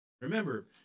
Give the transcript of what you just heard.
Remember